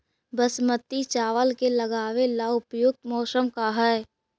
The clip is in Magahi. बासमती चावल के लगावे ला उपयुक्त मौसम का है?